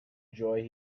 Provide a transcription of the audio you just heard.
joy